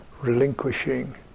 relinquishing